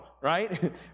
right